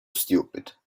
stupid